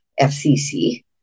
FCC